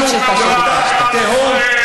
המחנה, מזל שהעם לא בוחר בכם.